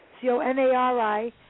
C-O-N-A-R-I